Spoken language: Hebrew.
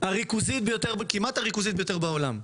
הריכוזית ביותר בעולם כמעט,